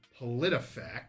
PolitiFact